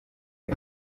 uwo